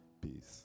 Peace